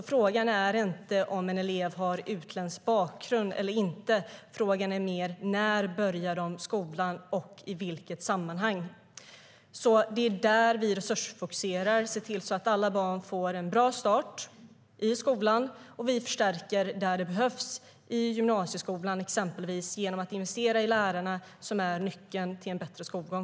Frågan är inte om eleven har utländsk bakgrund eller inte. Frågan handlar mer om när de börjar skolan och i vilket sammanhang. Det är därför vi resursfokuserar på att alla barn ska få en bra start i skolan. Vi förstärker där det behövs i gymnasieskolan genom att exempelvis investera i lärarna, som är nyckeln till en bra skolgång.